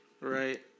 Right